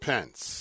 Pence